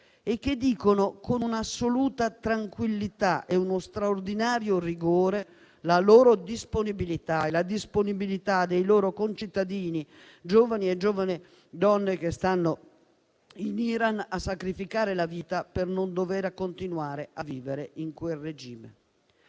e ci dicono con un'assoluta tranquillità e uno straordinario rigore la loro disponibilità e la disponibilità dei loro concittadini, giovani uomini e donne che stanno in Iran, a sacrificare la vita per non dover continuare a vivere in quel regime?